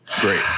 Great